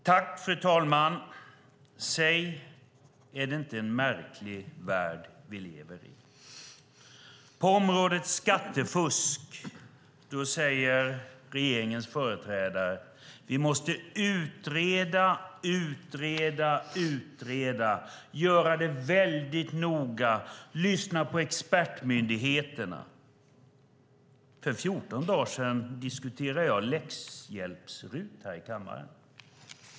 Fru talman! Säg, är det inte en märklig värld vi lever i? På området skattefusk säger regeringens företrädare att vi måste utreda, utreda och utreda, göra det noga, lyssna på expertmyndigheterna. För 14 dagar sedan diskuterade jag läxhjälps-RUT i kammaren.